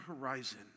horizon